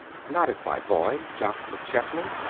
not as my boy, jock mcchesney,